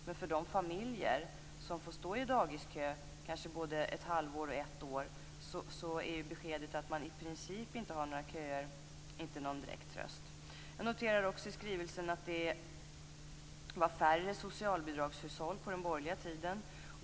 Men för de familjer som får stå i dagiskö kanske både ett halvår och ett år är det beskedet att man i princip inte har några köer inte någon direkt tröst. Jag noterar också i skrivelsen att det var färre socialbidragshushåll på den borgerliga tiden.